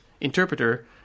interpreter